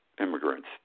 immigrants